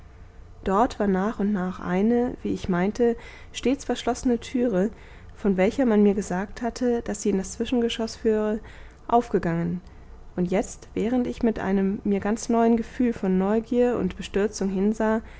dort war nach und nach eine wie ich meinte stets verschlossene türe von welcher man mir gesagt hatte daß sie in das zwischengeschoß führe aufgegangen und jetzt während ich mit einem mir ganz neuen gefühl von neugier und bestürzung hinsah